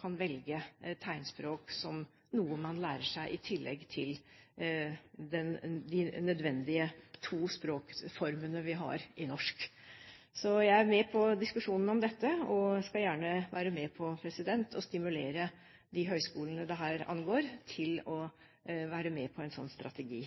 kan velge tegnspråk som noe man lærer seg i tillegg til de nødvendige to språkformene vi har i norsk. Så jeg er med på diskusjonen om dette og skal gjerne være med på å stimulere de høyskolene dette angår, til å være med på en slik strategi